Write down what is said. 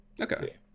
okay